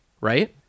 right